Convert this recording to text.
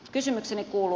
kysymykseni kuuluu